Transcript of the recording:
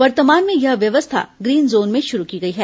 वर्तमान में यह व्यवस्था ग्रीन जोन में शुरू की गई है